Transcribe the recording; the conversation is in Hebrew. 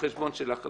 מהחשבון שלך.